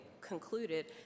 concluded